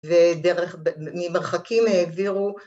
ודרך, ממרחקים העבירו